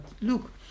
look